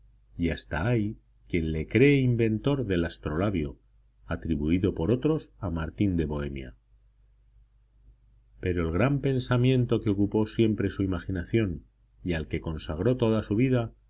y hasta hay quien le cree inventor del astrolabio atribuido por otros a martín de bohemia pero el gran pensamiento que ocupó siempre su imaginación y al que consagró toda su vida